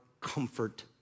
comfort